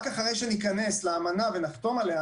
רק אחרי שניכנס לאמנה ונחתום עליה,